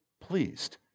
pleased